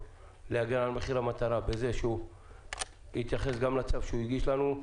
להגיע למחיר מטרה בזה שהוא יתייחס גם לצו שהוא הגיש לנו,